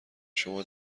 شما